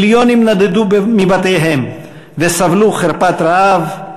מיליונים נדדו מבתיהם וסבלו חרפת רעב,